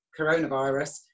coronavirus